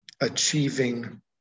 achieving